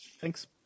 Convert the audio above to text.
Thanks